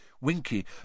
Winky